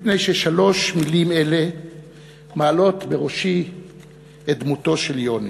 מפני ששלוש מילים אלה מעלות בראשי את דמותו של יוני.